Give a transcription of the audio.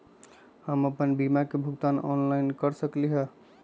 हम अपन बीमा के भुगतान ऑनलाइन कर सकली ह?